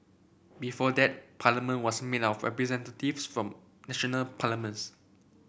before that Parliament was made up of representatives from national parliaments